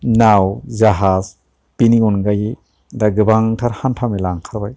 नाव जाहास बिनि अनगायै दा गोबांथार हान्था मेला ओंखारबाय